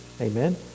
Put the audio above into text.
amen